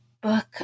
book